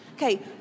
Okay